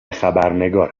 خبرنگار